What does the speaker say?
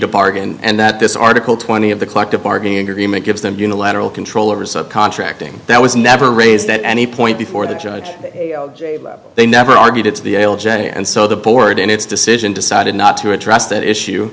to bargain and that this article twenty of the collective bargaining agreement gives them unilateral control over contracting that was never raised at any point before the judge they never argued it's the journey and so the board in its decision decided not to address that issue